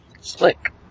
Slick